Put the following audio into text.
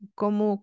como